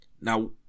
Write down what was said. Now